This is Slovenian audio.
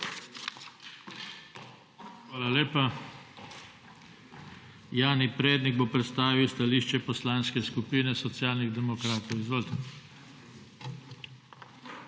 Hvala lepa. Jani Prednik bo predstavil stališče Poslanske skupine Socialnih demokratov. JANI